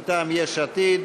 מטעם יש עתיד,